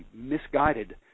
misguided